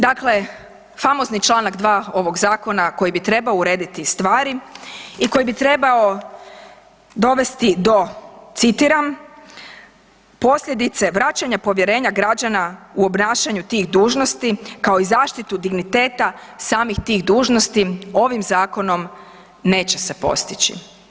Dakle, famozni čl. 2 ovog zakona koji bi trebao urediti stvari, i koji bi trebao dovesti do, citiram, posljedice vraćanja povjerenja građana u obnašanju tih dužnosti kao i zaštitu digniteta samih tih dužnosti, ovim zakonom neće se postići.